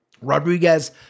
Rodriguez